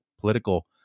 political